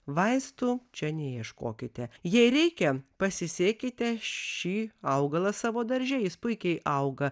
vaistų čia neieškokite jei reikia pasisėkite šį augalą savo darže jis puikiai auga